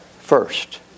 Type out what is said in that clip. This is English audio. first